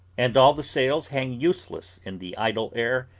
and all the sails hang useless in the idle air,